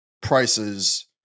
prices